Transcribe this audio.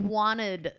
wanted